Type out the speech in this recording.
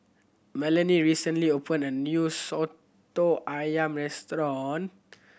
Melonie recently opened a new Soto Ayam restaurant